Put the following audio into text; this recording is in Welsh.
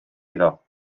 iddo